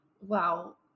Wow